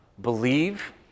believe